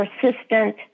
persistent